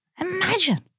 Imagine